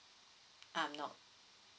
um no